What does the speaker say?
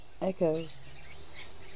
echoes